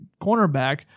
cornerback